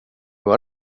har